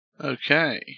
Okay